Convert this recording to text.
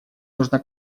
нужна